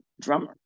drummer